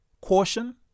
caution